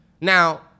Now